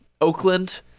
Oakland